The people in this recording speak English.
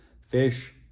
fish